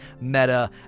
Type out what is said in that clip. meta